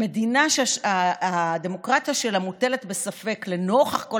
במדינה שהדמוקרטיה שלה מוטלת בספק לנוכח כל